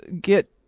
get